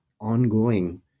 ongoing